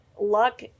luck